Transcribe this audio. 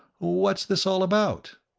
what's this all about?